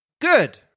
Good